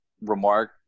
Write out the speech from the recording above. remark